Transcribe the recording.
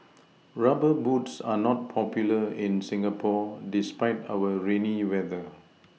rubber boots are not popular in Singapore despite our rainy weather